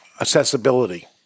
accessibility